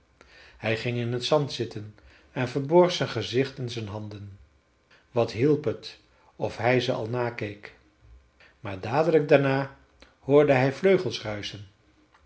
hij ging in t zand zitten en verborg zijn gezicht in zijn handen wat hielp het of hij ze al nakeek maar dadelijk daarna hoorde hij vleugels